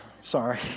Sorry